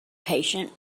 patient